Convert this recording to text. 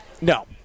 No